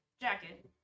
jacket